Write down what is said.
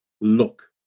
look